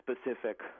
specific